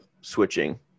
switching